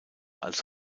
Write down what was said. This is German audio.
als